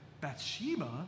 Bathsheba